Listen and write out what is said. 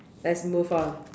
let's move on mm